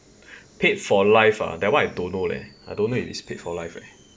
paid for life ah that one I don't know leh I don't know if it is paid for life leh